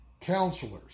Counselors